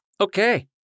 Okay